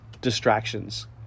distractions